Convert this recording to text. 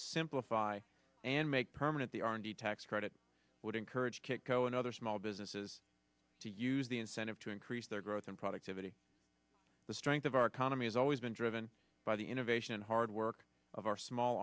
simplify and make permanent the r and d tax credit would encourage kitco and other small businesses to use the incentive to increase their growth and productivity the strength of our economy has always been driven by the innovation and hard work of our small